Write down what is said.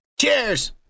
Cheers